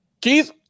Keith